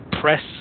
press